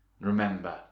Remember